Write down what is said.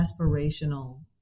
aspirational